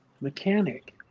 mechanic